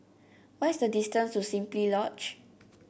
what is the distance to Simply Lodge